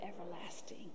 everlasting